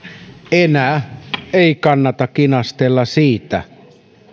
enää ei kannata kinastella siitä